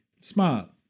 smart